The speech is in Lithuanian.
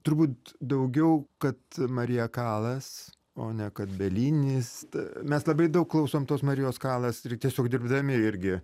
turbūt daugiau kad marija kalas o ne kad belinis mes labai daug klausom tos marijos kalas ir tiesiog dirbdami irgi